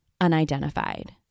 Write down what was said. unidentified